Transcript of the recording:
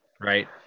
Right